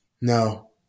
No